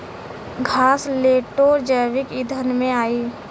घासलेटो जैविक ईंधन में आई